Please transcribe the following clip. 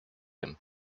him